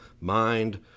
mind